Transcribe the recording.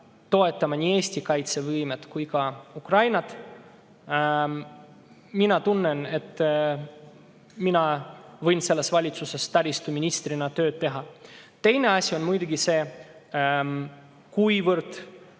toetama nii Eesti kaitsevõimet kui ka Ukrainat, võin mina selles valitsuses taristuministrina tööd teha. Teine asi on muidugi see, kuivõrd